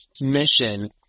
mission